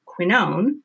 quinone